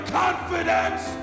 confidence